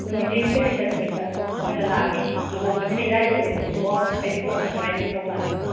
ꯅꯨꯃꯤꯠꯁꯤ ꯌꯨꯝꯁꯀꯩꯁ ꯅꯨꯃꯤꯠꯇ ꯑꯣꯏꯅ ꯂꯥꯛꯑꯒꯦ ꯂꯨꯍꯣꯡꯕꯁꯤꯅ ꯏꯔꯥꯏ ꯑꯣꯏꯕꯅꯦꯕꯀꯣ ꯍꯩꯖꯤꯡꯄꯣꯠ ꯅꯪꯅꯉꯥꯏ ꯂꯧ ꯂꯥꯛꯑꯒꯦ